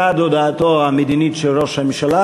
בעד הודעתו המדינית של ראש הממשלה,